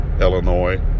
Illinois